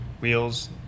wheels